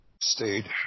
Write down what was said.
stayed